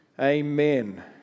Amen